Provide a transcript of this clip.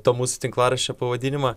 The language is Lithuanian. to mūsų tinklaraščio pavadinimą